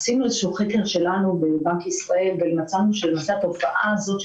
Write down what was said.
עשינו חקר שלנו בבנק ישראל ומצאנו שהתופעה הזאת,